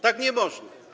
Tak nie można.